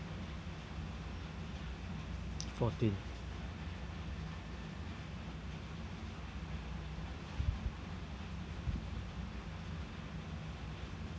fourteen